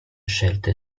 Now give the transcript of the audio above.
scelte